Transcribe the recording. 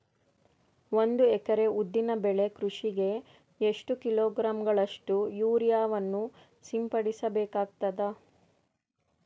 ಒಂದು ಎಕರೆ ಉದ್ದಿನ ಬೆಳೆ ಕೃಷಿಗೆ ಎಷ್ಟು ಕಿಲೋಗ್ರಾಂ ಗಳಷ್ಟು ಯೂರಿಯಾವನ್ನು ಸಿಂಪಡಸ ಬೇಕಾಗತದಾ?